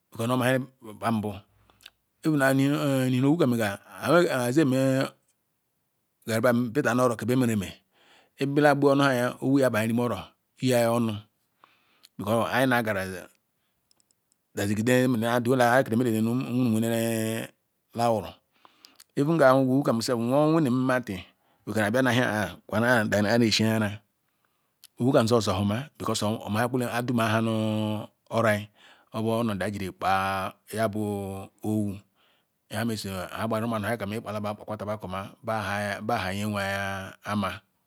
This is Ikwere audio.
Because ou omahia yeh papa nbu nihina ni owu kam megah meh garri kam bita̱h nu oro keh beh mere-eme ebiala gba-moya owu ja biaye omuro piyo-a onu because ayi nah dazigidah ayi kene emeh nu umuwene lawuru eren ngam awugu owu kam wanem nmali wereh bia nahiaya and iyire-eji-ayira owu jo oso-homa because omahia kwelem ayidum nha nu oro-ayi obu onodu ayijiri kpa nyabu owu nyamaesu ngbayam omu-anoh kam ikpala-ba kpala-ba nke oma bahi bahi nyewei amah